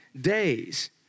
days